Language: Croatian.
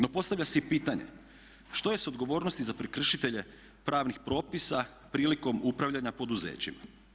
No, postavlja se i pitanje što je s odgovornosti za prekršitelje pravnih propisa prilikom upravljanja poduzećima.